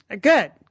Good